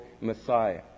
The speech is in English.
Messiah